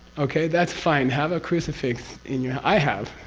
okay? that's fine. have a crucifix in your. i have,